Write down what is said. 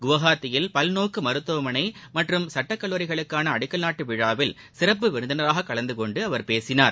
குவஹாத்தியில் பல்நோக்கு மருத்துவமனை மற்றும் சட்டக் கல்லூரிகளுக்கான அடிக்கல் நாட்டு விழாவில் சிறப்பு விருந்தினராகக் கலந்து கொண்டு அவர் பேசினார்